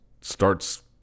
starts